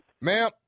Ma'am